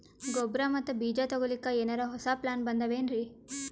ಗೊಬ್ಬರ ಮತ್ತ ಬೀಜ ತೊಗೊಲಿಕ್ಕ ಎನರೆ ಹೊಸಾ ಪ್ಲಾನ ಬಂದಾವೆನ್ರಿ?